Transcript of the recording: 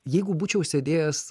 jeigu būčiau sėdėjęs